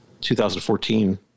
2014